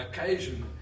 occasion